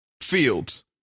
fields